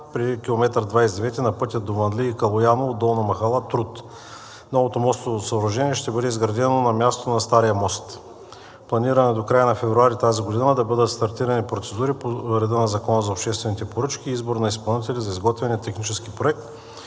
при км 29 на пътя Дуванлии – Калояново – Долна махала – Труд. Новото мостово съоръжение ще бъде изградено на мястото на стария мост. Планирано е до края на февруари тази година да бъдат стартирани процедури по реда на Закона за обществените поръчки и избор на изпълнители за изготвяне на технически проект